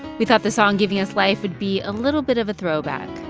we thought the song giving us life would be a little bit of a throwback